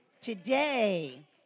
Today